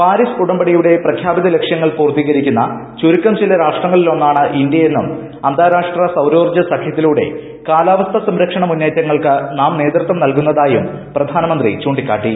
Paris ഉടമ്പടിയുടെ പ്രഖ്ചൂർപിത ലക്ഷൃങ്ങൾ പൂർത്തീകരി ക്കുന്ന ചുരുക്കം ചില്ലൂ ർാഷ്ട്രങ്ങളിൽ ഒന്നാണ് ഇന്ത്യയെന്നും അന്തീരാഷ്ട്ര സൌരോർജ്ജ സഖ്യത്തിലൂടെ കാലാവസ്ഥ സംരക്ഷണ മുന്നേറ്റങ്ങൾക്ക് നാം നേതൃത്വം നൽകുന്നതായും പ്രധാനമന്ത്രി ചൂണ്ടിക്കാട്ടി